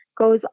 goes